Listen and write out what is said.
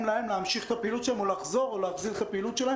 להמשיך את הפעילות שלהן או להחזיר את הפעילות שלהן,